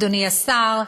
אדוני השר,